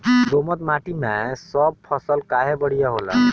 दोमट माटी मै सब फसल काहे बढ़िया होला?